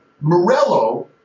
Morello